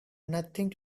nothing